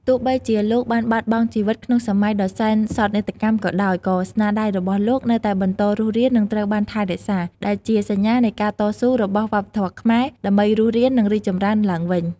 ទោះបីជាលោកបានបាត់បង់ជីវិតក្នុងសម័យដ៏សែនសោកនាដកម្មក៏ដោយ ក៏ស្នាដៃរបស់លោកនៅតែបន្តរស់រាន និងត្រូវបានថែរក្សា ដែលជាសញ្ញានៃការតស៊ូរបស់វប្បធម៌ខ្មែរដើម្បីរស់រាន និងរីកចម្រើនឡើងវិញ ។